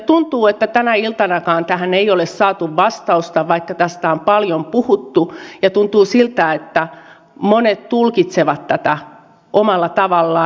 tuntuu että tänä iltanakaan tähän ei ole saatu vastausta vaikka tästä on paljon puhuttu ja tuntuu siltä että monet tulkitsevat tätä omalla tavallaan